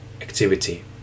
activity